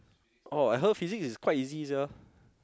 oh I heard Physics is quite easy easy sia